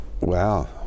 Wow